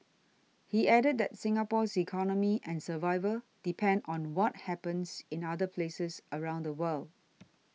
he added that Singapore's economy and survival depend on what happens in other places around the world